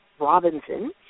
Robinson